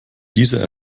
diese